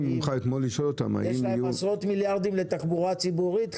יש להם עשרות מיליארדים לתחבורה ציבורית.